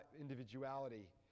individuality